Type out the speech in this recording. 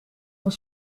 van